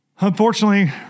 unfortunately